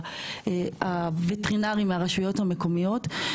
הווטרינרים מהרשויות המקומיות.